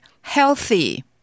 healthy